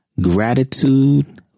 Gratitude